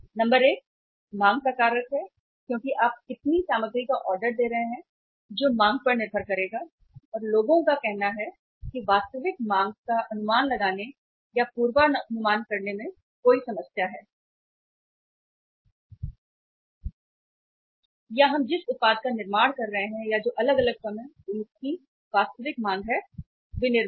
number एक मांग का कारक है क्योंकि आप कितनी सामग्री का ऑर्डर दे रहे हैं जो मांग पर निर्भर करेगा और लोगों का कहना है कि वास्तविक मांग का अनुमान लगाने या पूर्वानुमान करने में कोई समस्या है या हम जिस उत्पाद का निर्माण कर रहे हैं या जो अलग अलग फर्म हैं उनकी वास्तविक मांग है विनिर्माण